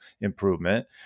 improvement